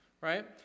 right